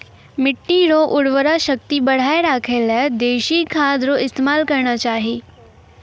मिट्टी रो उर्वरा शक्ति बढ़ाएं राखै लेली देशी खाद रो इस्तेमाल करना चाहियो